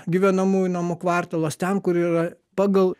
gyvenamųjų namų kvartalas ten kur yra pagal